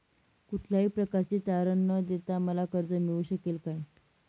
कुठल्याही प्रकारचे तारण न देता मला कर्ज मिळू शकेल काय?